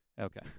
Okay